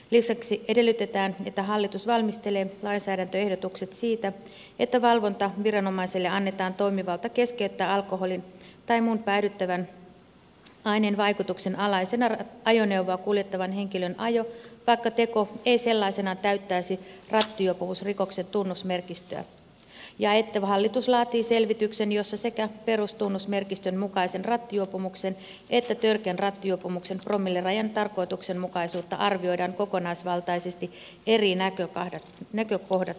lisäksi edellytetään että hallitus valmistelee lainsäädäntöehdotukset siitä että valvontaviranomaiselle annetaan toimivalta keskeyttää alkoholin tai muun päihdyttävän aineen vaikutuksen alaisena ajoneuvoa kuljettavan henkilön ajo vaikka teko ei sellaisenaan täyttäisi rattijuopumusrikoksen tunnusmerkistöä ja että hallitus laatii selvityksen jossa sekä perustunnusmerkistön mukaisen rattijuopumuksen että törkeän rattijuopumuksen promillerajan tarkoituksenmukaisuutta arvioidaan kokonaisvaltaisesti eri näkökohdat huomioon ottaen